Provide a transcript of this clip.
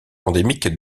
endémique